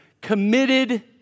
committed